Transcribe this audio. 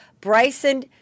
Bryson